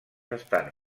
estan